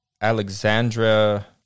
Alexandra